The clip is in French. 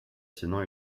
sinon